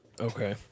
Okay